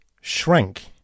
shrank